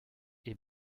est